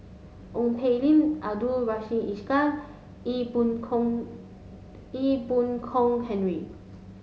Ong Poh Lim Abdul Rahim Ishak Ee Boon Kong Ee Boon Kong Henry